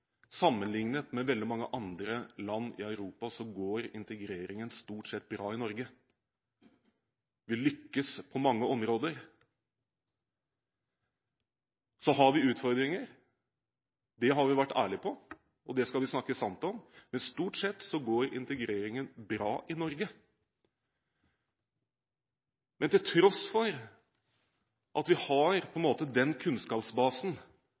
sammenlignet med veldig mange andre land i Europa, går integreringen stort sett bra i Norge. Vi lykkes på mange områder. Vi har utfordringer – det har vi vært ærlige på, og det skal vi snakke sant om – men stort sett går integreringen bra i Norge. Men til tross for at vi har denne «kunnskapsbasen», får vi altså høre at integreringen nærmest er en